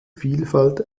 vielfalt